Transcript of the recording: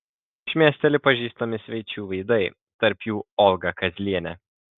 šmėsteli pažįstami svečių veidai tarp jų olga kazlienė